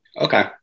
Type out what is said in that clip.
Okay